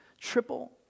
Triple